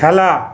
খেলা